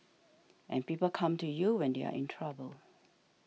and people come to you when they are in trouble